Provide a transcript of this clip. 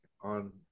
on